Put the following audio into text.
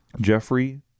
Jeffrey